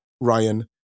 Ryan